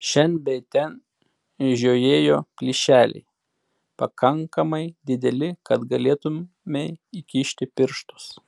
šen bei ten žiojėjo plyšeliai pakankamai dideli kad galėtumei įkišti pirštus